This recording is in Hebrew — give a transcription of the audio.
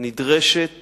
נדרשת